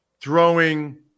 throwing